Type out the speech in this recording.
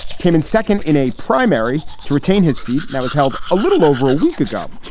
came in second in a primary to retain his seat that was held a little over a week ago.